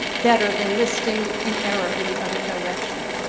better than listing in error in the other direction.